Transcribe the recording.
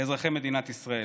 לאזרחי מדינת ישראל.